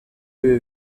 ibi